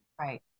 right